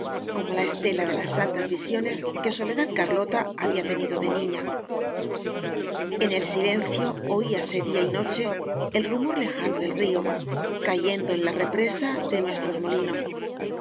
como la estela de las santas visiones que soledad carlota había tenido de niña en el silencio oíase día y noche el rumor lejano del río cayendo en la represa de nuestros molinos